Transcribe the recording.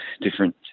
different